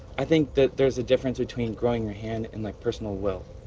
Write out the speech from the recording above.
i think that there's a difference between growing your hand and like, personal will.